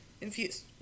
Infused